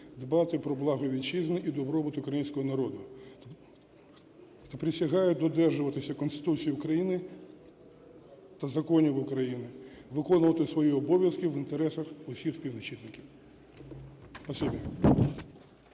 дбати про благо Вітчизни і добробут Українського народу. Присягаю додержуватися Конституції України та законів України, виконувати свої обов'язки в інтересах усіх співвітчизників.